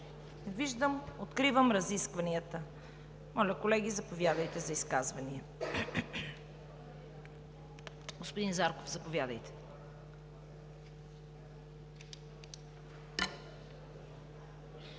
виждам. Откривам разискванията. Моля, колеги, заповядайте за изказвания. Господин Зарков, заповядайте.